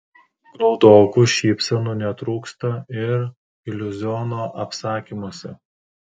graudokų šypsenų netrūksta ir iliuziono apsakymuose